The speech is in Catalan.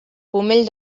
pomell